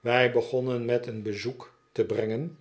wij begonnen met een bezoek te brengen